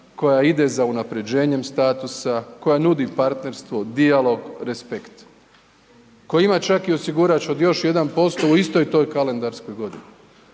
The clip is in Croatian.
koja ide za unaprjeđenjem statusa, koja nudi partnerstvo, dijalog, respekt, koja ima čak i osigurač od još 1% u istoj toj kalendarskoj godini